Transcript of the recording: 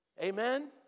Amen